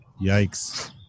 Yikes